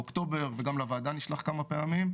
באוקטובר וגם לוועדה נשלח כמה פעמים.